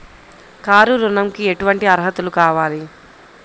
Car ఋణంకి ఎటువంటి అర్హతలు కావాలి?